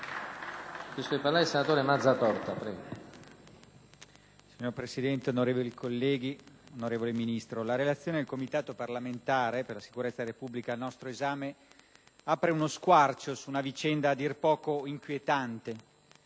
Signor Presidente, onorevoli colleghi, onorevole Ministro, la relazione del Comitato parlamentare per la sicurezza della Repubblica al nostro esame apre uno squarcio su una vicenda a dir poco inquietante.